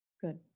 Good